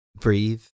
breathe